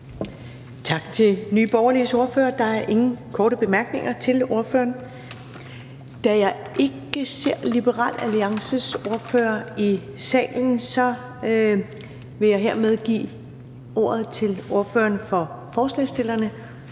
Tak til Nye Borgerliges ordfører. Der er ingen korte bemærkninger til ordføreren. Da jeg ikke ser Liberal Alliances ordfører i salen, vil jeg hermed give ordet til ordføreren for forslagsstillerne,